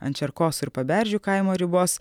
ant čerkosų ir paberžių kaimo ribos